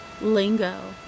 lingo